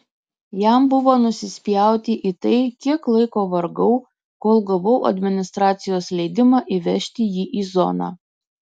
jam buvo nusispjauti į tai kiek laiko vargau kol gavau administracijos leidimą įvežti jį į zoną